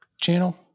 channel